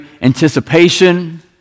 anticipation